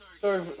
sorry